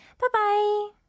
Bye-bye